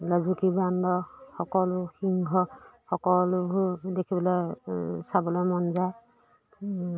লাজুকী বান্দৰ সকলো সিংহ সকলোবোৰ দেখিবলৈ চাবলৈ মন যায়